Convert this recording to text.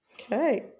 Okay